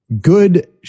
good